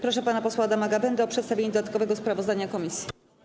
Proszę pana posła Adama Gawędę o przedstawienie dodatkowego sprawozdania komisji.